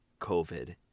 COVID